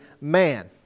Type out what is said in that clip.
man